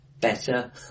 better